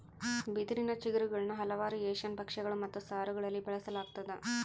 ಬಿದಿರಿನ ಚಿಗುರುಗುಳ್ನ ಹಲವಾರು ಏಷ್ಯನ್ ಭಕ್ಷ್ಯಗಳು ಮತ್ತು ಸಾರುಗಳಲ್ಲಿ ಬಳಸಲಾಗ್ತದ